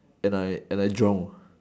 and I and I drown